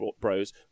bros